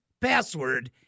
password